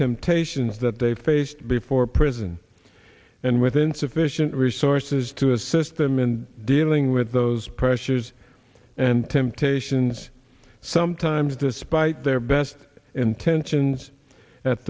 temptations that they faced before prison and with insufficient resources to assist them in dealing with those pressures and temptations sometimes despite their best intentions at